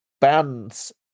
bands